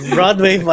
Broadway